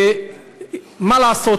ומה לעשות,